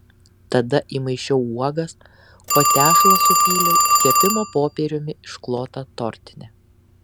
tada įmaišiau uogas o tešlą supyliau į kepimo popieriumi išklotą tortinę